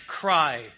cry